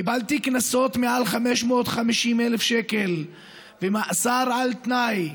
קבלתי קנסות מעל 550,000 שקל ומאסר על תנאי.